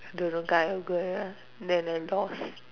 I don't know guy or girl lah then I lost